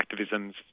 activisms